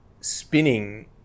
spinning